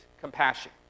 compassion